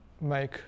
make